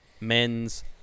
Men's